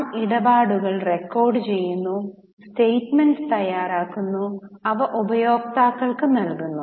നാം ഇടപാടുകൾ റെക്കോർഡുചെയ്യുന്നു സ്റ്റെമെന്റ്സ് തയ്യാറാക്കുന്നു അവ ഉപയോക്താക്കൾക്ക് നൽകുന്നു